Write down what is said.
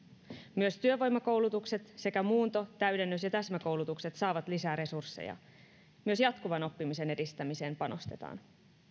myös työvoimakoulutukset sekä muunto täydennys ja täsmäkoulutukset saavat lisää resursseja myös jatkuvan oppimisen edistämiseen panostetaan